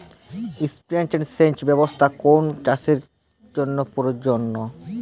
Sprinkler সেচ ব্যবস্থার কোন কোন চাষের জন্য প্রযোজ্য?